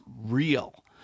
real